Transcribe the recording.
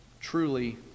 Truly